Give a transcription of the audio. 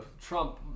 Trump